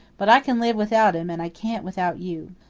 but i can live without him, and i can't without you.